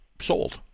sold